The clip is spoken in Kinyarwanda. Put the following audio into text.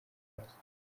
house